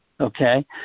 okay